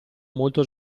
molto